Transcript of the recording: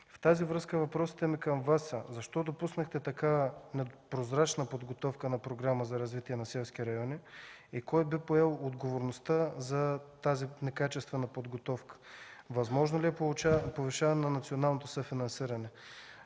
с това въпросите ми към Вас са: защо допуснахте непрозрачна подготовка на Програмата за развитие на селските райони? Кой би поел отговорността за тази некачествена подготовка? Възможно ли повишаване на националното съфинансиране?